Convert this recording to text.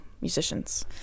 musicians